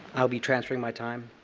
ah be transferring my time.